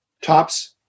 Tops